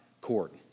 court